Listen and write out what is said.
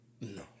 No